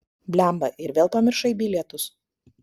blemba ir vėl pamiršai bilietus